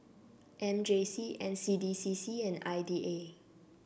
M J C N C D C C and I D A